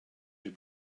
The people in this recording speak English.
you